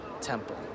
temple